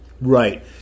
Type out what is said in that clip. Right